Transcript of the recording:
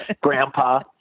Grandpa